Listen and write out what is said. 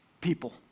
people